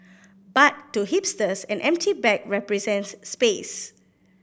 but to hipsters an empty bag represents space